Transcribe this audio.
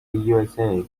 usa